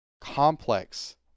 complex